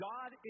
God